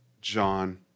John